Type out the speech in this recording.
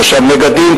מושב מגדים,